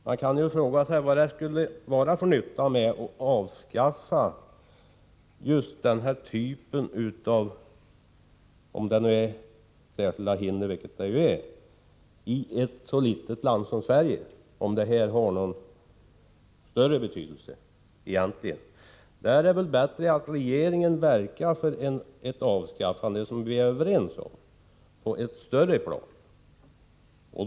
Man kan fråga sig vad det skulle vara för nytta med att avskaffa just den här typen av särskilda hinder — särskilda hinder är det ju — i ett så litet land som Sverige. Skulle det egentligen vara av någon större betydelse? Det är väl bättre att regeringen verkar för ett avskaffande av dessa hinder, något som vi är överens om på ett större plan.